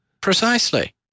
Precisely